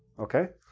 okay?